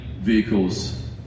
vehicles